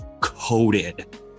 coated